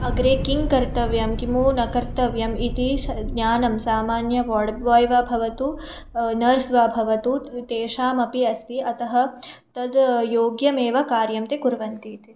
अग्रे किं कर्तव्यं किं न कर्तव्यम् इति स ज्ञानं सामान्यः वार्ड् बाय् वा भवतु नर्स् वा भवतु तेषामपि अस्ति अतः तद् योग्यमेव कार्यं ते कुर्वन्ति इति